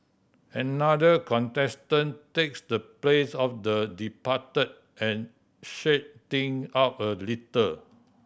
another contestant takes the place of the departed and shake thing up a little